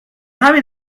همین